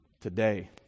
today